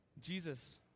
Jesus